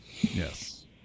yes